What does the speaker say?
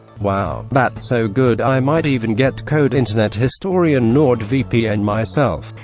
wow, that's so good. i might even get code internethistorian nord vpn myself.